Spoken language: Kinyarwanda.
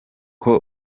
com